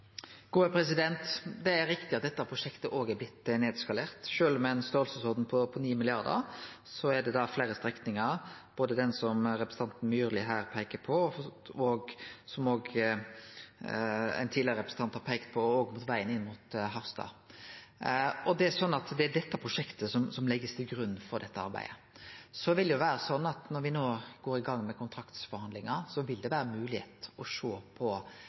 Det er riktig at dette prosjektet òg har blitt nedskalert. Sjølv med ein størrelsesorden på 9 mrd. kr gjeld det fleire strekningar, både den som representanten Myrli her peiker på, og den som ein tidlegare representant har peikt på, vegen inn mot Harstad. Det er sånn at det er dette prosjektet som blir lagt til grunn for dette arbeidet. Så vil det vere sånn at når me no går i gang med kontraktsforhandlingar, vil det vere moglegheit for å sjå på